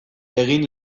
egin